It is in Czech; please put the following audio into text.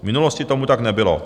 V minulosti tomu tak nebylo.